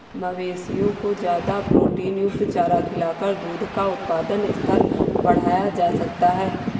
मवेशियों को ज्यादा प्रोटीनयुक्त चारा खिलाकर दूध का उत्पादन स्तर बढ़ाया जा सकता है